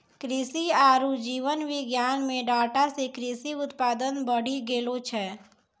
कृषि आरु जीव विज्ञान मे डाटा से कृषि उत्पादन बढ़ी गेलो छै